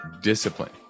discipline